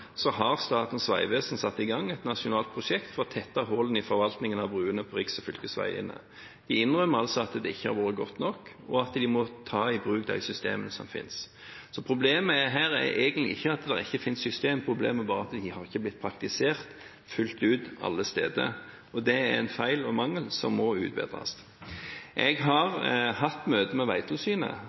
har Statens vegvesen satt i gang et nasjonalt prosjekt for å tette hullene i forvaltningen av broene på riks- og fylkesveiene. De innrømmer altså at det ikke har vært godt nok, og at de må ta i bruk de systemene som finnes. Problemet her er egentlig ikke at det ikke finnes systemer, problemet er bare at de ikke er blitt praktisert fullt ut alle steder. Det er en feil og en mangel som må utbedres. Jeg har hatt møte med